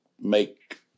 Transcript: make